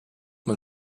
man